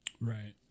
Right